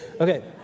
Okay